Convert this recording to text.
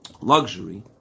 luxury